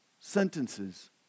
sentences